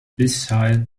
beside